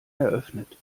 eröffnet